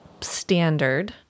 standard